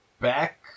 back